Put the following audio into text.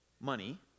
money